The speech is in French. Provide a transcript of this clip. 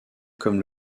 comme